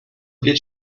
get